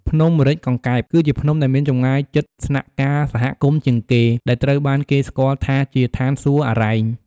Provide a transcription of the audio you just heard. ភ្នំម្រេចកង្កែប គឺជាភ្នំដែលមានចម្ងាយជិតស្នាក់ការសហគមន៍ជាងគេ ដែលត្រូវបានគេស្គាល់ថាជា ឋានសួគ៌អារ៉ែង។